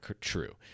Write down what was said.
true